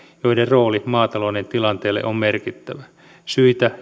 joiden rooli maatalouden tilanteelle on merkittävä syitä